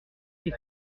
des